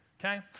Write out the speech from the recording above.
Okay